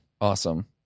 Awesome